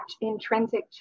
intrinsic